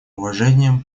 уважением